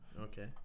Okay